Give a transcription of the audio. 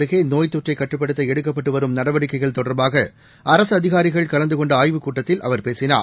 அருகேநோய்த் தொற்றைகட்டுப்படுத்தஎடுக்கப்பட்டுவரும் கிணத்குக்கடவு நடவடிக்கைகள் தொடர்பாக அரசுஅதிகாரிகள் கலந்துகொண்டஆய்வுக் கூட்டத்தில் அவர் பேசினார்